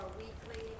weekly